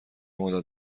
مدت